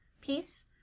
peace